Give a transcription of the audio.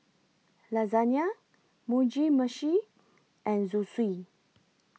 Lasagna Mugi Meshi and Zosui